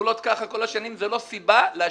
גבולות ככה כל השנים, זה לא סיבה להשאיר.